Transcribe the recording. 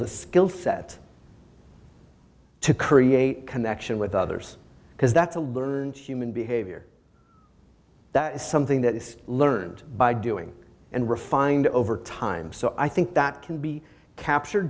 the skill set to create connection with others because that's a learned human behavior that is something that is learned by doing and refined over time so i think that can be captured